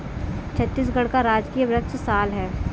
छत्तीसगढ़ का राजकीय वृक्ष साल है